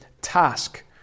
task